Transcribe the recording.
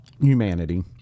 humanity